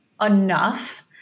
enough